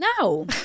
No